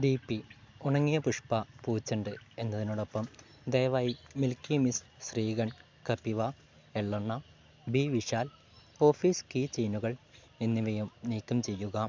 D P ഉണങ്ങിയ പുഷ്പ പൂച്ചെണ്ട് എന്നതിനോടൊപ്പം ദയവായി മിൽക്കി മിസ്റ്റ് ശ്രീഖണ്ഡ് കപിവ എള്ളെണ്ണ ബി വിശാൽ ഓഫീസ് കീ ചെയിനുകൾ എന്നിവയും നീക്കം ചെയ്യുക